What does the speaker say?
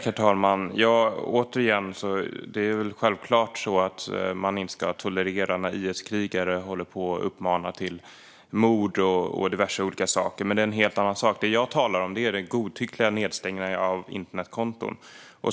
Herr talman! Givetvis ska man inte tolerera att IS-krigare uppmanar till mord och annat, men det är en helt annan sak. Jag talar om den godtyckliga nedstängningen av internetkonton.